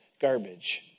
garbage